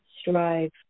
strive